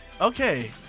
Okay